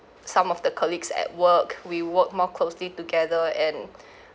some of the colleagues at work we work more closely together and